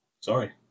sorry